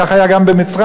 כך היה גם במצרים.